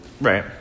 Right